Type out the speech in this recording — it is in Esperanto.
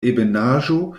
ebenaĵo